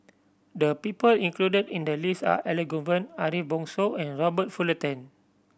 the people included in the list are Elangovan Ariff Bongso and Robert Fullerton